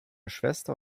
schwester